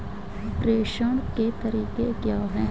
प्रेषण के तरीके क्या हैं?